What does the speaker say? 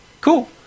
cool